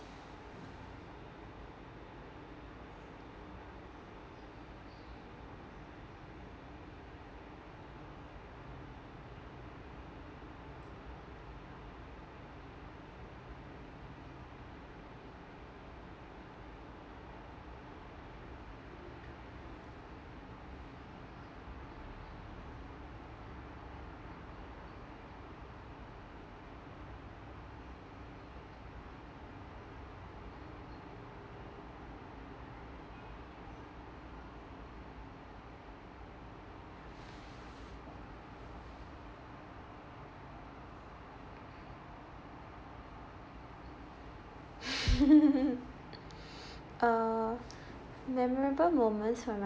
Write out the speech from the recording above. err memorable moments from my